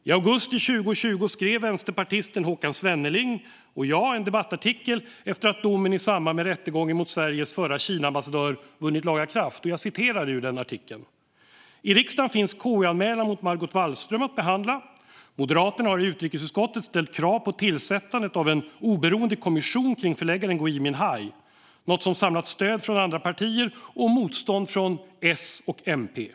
I augusti 2020 skrev vänsterpartisten Håkan Svenneling och jag en debattartikel efter att domen i samband med rättegången mot Sveriges förra Kinaambassadör vunnit laga kraft: "I Riksdagen finns KU-anmälan mot Margot Wallström att behandla. Moderaterna har i utrikesutskottet ställt krav på tillsättandet av en oberoende kommission kring förläggaren Gui Minhai. Något som samlat stöd från andra partier och motstånd från regeringspartierna Socialdemokraterna och Miljöpartiet.